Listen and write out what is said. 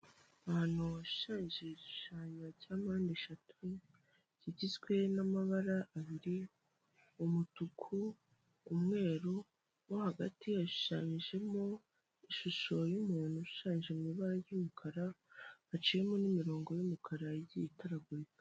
Ahantu hashushanyije igishushanyo cya mpande eshatu kigizwe n'amabara abiri umutuku umweru wo hagati, hashushananijemo ishusho y'umuntu ushaje mu ibara ry'umukara, haciyemo n'imirongo y'umukara ya igiye itaragurika.